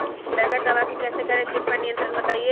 बगैर दवा के कैसे करें कीट पर नियंत्रण बताइए?